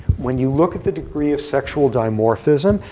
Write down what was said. when you look at the degree of sexual dimorphism,